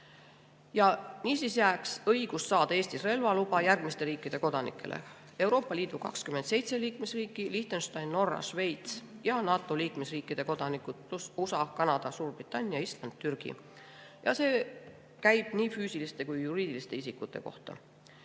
Niisiis jääks õigus saada Eestis relvaluba järgmiste riikide kodanikele: Euroopa Liidu 27 liikmesriiki, Liechtenstein, Norra, Šveits ja NATO liikmesriikide kodanikud, pluss USA, Kanada, Suurbritannia, Island ja Türgi. See käib nii füüsiliste kui ka juriidiliste isikute